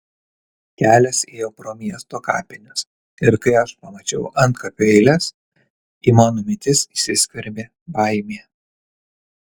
kelias ėjo pro miesto kapines ir kai aš pamačiau antkapių eiles į mano mintis įsiskverbė baimė